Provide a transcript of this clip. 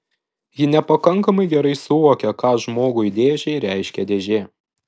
ji nepakankamai gerai suvokia ką žmogui dėžei reiškia dėžė